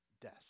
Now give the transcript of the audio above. death